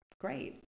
great